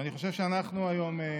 ואני חושב שאנחנו היום,